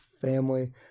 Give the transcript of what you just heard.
family